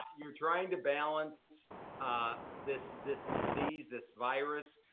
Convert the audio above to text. you're trying to balance ah this this disease, this virus,